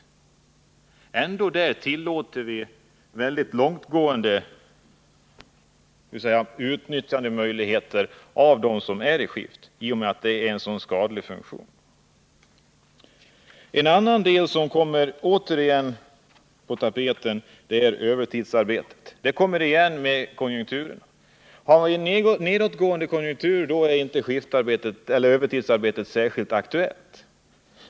Vi anser att vi, även om våra krav i det här avseendet uppfylls, går med på en mycket långtgående användning av skiftarbetet med tanke på att detta har sådana skadliga effekter. En annan fråga som åter är på tapeten är frågan om övertidsarbetet. Den frågan sammanhänger med konjunkturen. Har vi en nedåtgående konjunktur, då är inte övertidsarbetet särskilt aktuellt.